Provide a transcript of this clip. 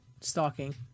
Stalking